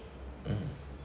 mm